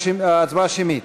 הצבעה שמית.